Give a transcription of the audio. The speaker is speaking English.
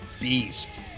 beast